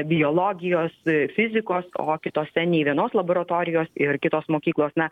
biologijos fizikos o kitose nei vienos laboratorijos ir kitos mokyklos na